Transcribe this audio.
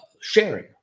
sharing